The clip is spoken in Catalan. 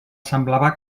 semblava